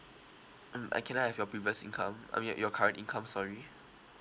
mm and can I have your previous income um your your current income sorry